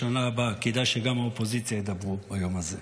לשנה הבאה כדאי שגם האופוזיציה ידברו ביום הזה.